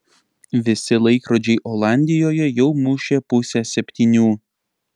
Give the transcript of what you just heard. visi laikrodžiai olandijoje jau mušė pusę septynių